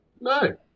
No